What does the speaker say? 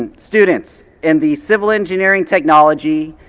students in the civil engineering technology,